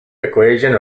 equation